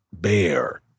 bear